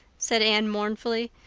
said anne mournfully,